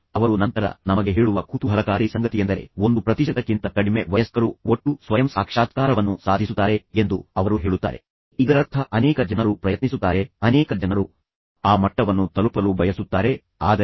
ಅವನು ಮಾನಸಿಕವಾಗಿ ಬಾಧಿತನಾಗಿದ್ದರೆ ಅವನು ಹಾಗೆ ಭಾವಿಸಿದರೆ ಅವನು ಕುಗ್ಗಿಹೋದರೆ ಖಿನ್ನತೆಗೆ ಒಳಗಾದರೆ ಆತ ಆತ್ಮಹತ್ಯೆ ಮಾಡಿಕೊಳ್ಳುವ ಯೋಚನೆ ಮಾಡಿದರೆ ಆತ ಅದರಿಂದ ಮನೆ ಬಿಟ್ಟು ಓಡಿಹೋಗುವ ಯೋಚನೆ ಮಾಡಿದರೆ ಮತ್ತು ಅವನು ನಿಮ್ಮ ನಿಯಂತ್ರಣವನ್ನು ಸಂಪೂರ್ಣವಾಗಿ ಕಳೆದುಕೊಂಡರೆ